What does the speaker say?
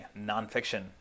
nonfiction